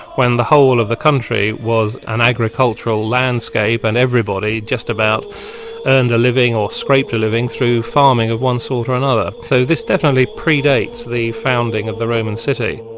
when the whole of the country was an agricultural landscape and everybody just about earned a living, or scraped a living through farming of one sort or another. so this definitely predates the founding of the roman city.